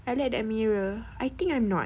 I look at that mirror I think I'm not